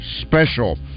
Special